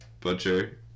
Butcher